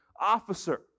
officer